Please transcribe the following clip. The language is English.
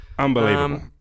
Unbelievable